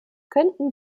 könnten